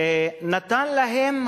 ונתן להם,